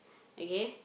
okay